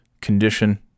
condition